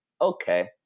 Okay